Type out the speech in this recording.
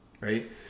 right